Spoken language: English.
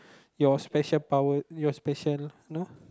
your special power your special know